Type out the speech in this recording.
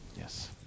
yes